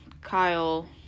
Kyle